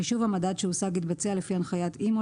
חישוב המדד שהושג יתבצע לפי הנחיית אימ"ו